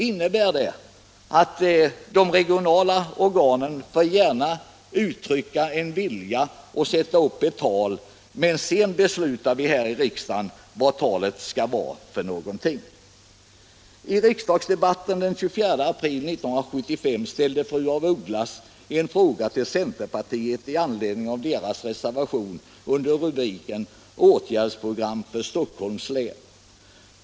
Innebär det att de regionala organen gärna får uttrycka en vilja och sätta upp ett tal men att vi sedan här i riksdagen skall besluta vilket talet skall vara? I riksdagsdebatten den 24 april 1975 ställde fru af Ugglas en fråga till centerpartiet med anledning av dess reservation under rubriken ”Åtgärdsprogram för Stockholms län”.